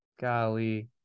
golly